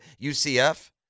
UCF